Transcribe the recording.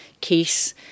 case